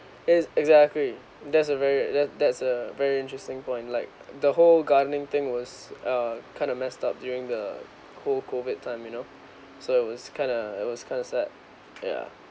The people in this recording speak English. is exactly that's a very that that's a very interesting point like the whole gardening thing was uh kind of messed up during the co COVID time you know so it was kind of it was kind of sad ya